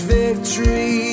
victory